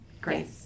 Great